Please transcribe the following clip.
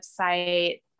website